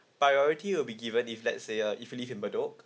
priority will be given if let's say uh if you live in bedok